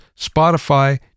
Spotify